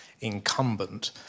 incumbent